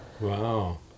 Wow